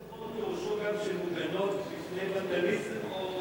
גם מוגנות בפני ונדליזם או,